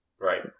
Right